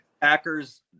Packers